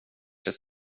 sig